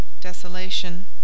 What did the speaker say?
desolation